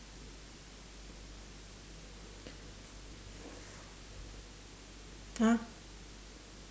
!huh!